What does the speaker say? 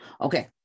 Okay